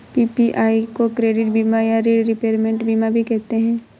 PPI को credit बीमा या ॠण रिपेयरमेंट बीमा भी कहते हैं